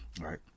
right